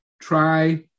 Try